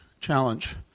challenge